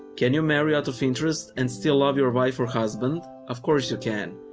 can you marry out of interest and still love your wife or husband? of course you can.